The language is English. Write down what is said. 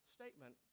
statement